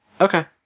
Okay